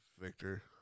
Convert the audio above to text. Victor